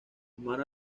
quemar